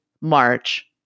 March